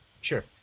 Sure